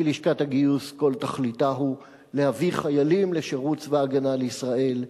כי לשכת הגיוס כל תכליתה היא להביא חיילים לשירות בצבא-הגנה לישראל,